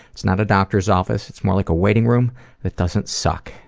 it's not a doctor's office, it's more like a waiting room that doesn't suck.